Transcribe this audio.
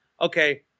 Okay